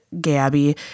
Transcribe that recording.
Gabby